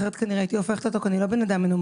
אחרת כנראה הייתי הופכת אותו כי אני לא בן אדם מנומס,